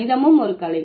கணிதமும் ஒரு கலை